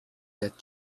that